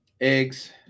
eggs